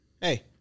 hey